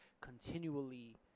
continually